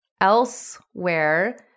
elsewhere